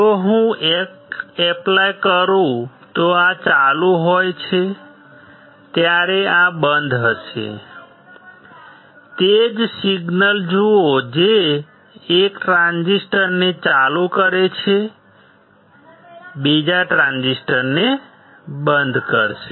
જો હું 1 એપ્લાય કરું તો આ ચાલુ હોય ત્યારે આ બંધ હશે તે જ સિગ્નલ જુઓ જે 1 ટ્રાન્ઝિસ્ટરને ચાલુ કરે છે બીજા ટ્રાંઝિસ્ટરને બંધ કરશે